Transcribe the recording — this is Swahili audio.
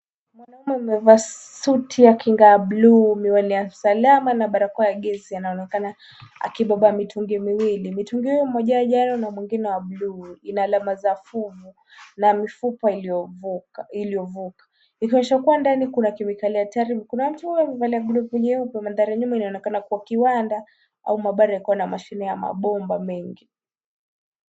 Mwanaume amevaa suti ya kinga ya buluu, miwani ya usalama na barakoa ya gesi aonekana akibeba mitungi miwili. Mitungi hiyo mmoja wao ijayo na mwingine wa buluu. Ina alama za fuvu na mifupa iliyovuka ikionyesha kuwa ndani kuna kemikali hatari. Kuna watu wamevalia glovu nyeupe maanthari ya nyuma inaonekana kuwa kiwanda au mabohari yakiwa na mashine ya mabomba mengi.